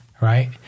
Right